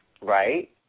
Right